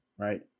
Right